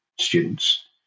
students